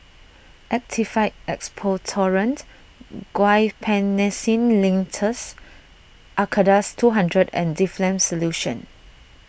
Actified Expectorant Guaiphenesin Linctus Acardust two hundred and Difflam Solution